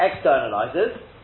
externalizes